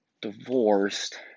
Divorced